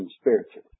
spiritually